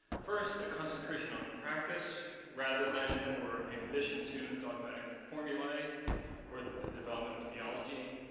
first, the concentration on practice rather than, or in addition to, dogmatic formulae or the development of theology,